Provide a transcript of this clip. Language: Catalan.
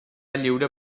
lliure